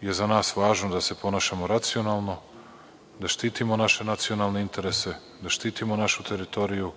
je za nas važno da se ponašamo racionalno, da štitimo naše nacionalne interese, da štitimo našu teritoriju